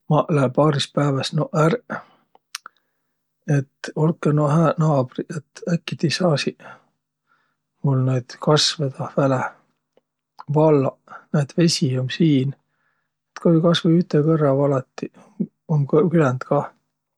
Ma lää paaris pääväs noq ärq. Et olkõq no hääq, naabriq, äkki ti saasiq mul naid kasvõ tah väläh vallaq? Näet, vesi um siin. Ku ti kasvai üte kõrra valatiq, um küländ kah.